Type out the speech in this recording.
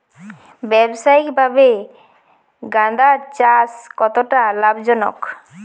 ব্যবসায়িকভাবে গাঁদার চাষ কতটা লাভজনক?